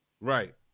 Right